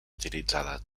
utilitzada